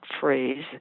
phrase